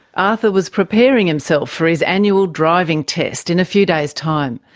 arthur was preparing himself for his annual driving test in a few days' time.